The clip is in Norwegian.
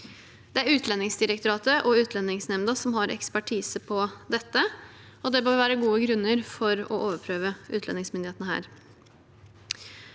Det er Utlendingsdirektoratet og Utlendingsnemnda som har ekspertise på dette, og det bør være gode grunner for å overprøve utlendingsmyndighetene her.